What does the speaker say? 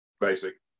basic